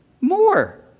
more